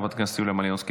חברת הכנסת יוליה מלינובסקי,